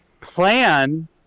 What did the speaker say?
plan